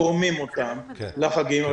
החקלאים תורמים אותם לאנשים מעוטי יכולת לחגים,